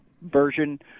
version